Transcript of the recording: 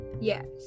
Yes